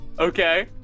Okay